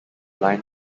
line